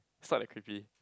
it's not that creepy